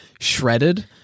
shredded